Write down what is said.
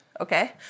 Okay